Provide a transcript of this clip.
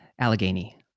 Allegheny